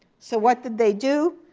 so what did they do?